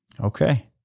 Okay